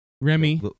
Remy